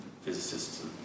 physicists